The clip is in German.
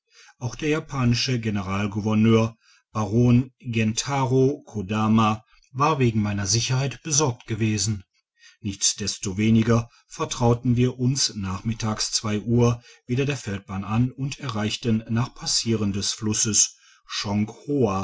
auch der japanische generalgouverneur baron gentaro kodamä war wegen meiner sicherheit besorgt gewesen nichtsdestoweniger vertrauten wir uns nachmittags uhr wieder der feldbahn an und erreichten nach passieren des flusses